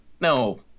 No